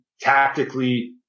tactically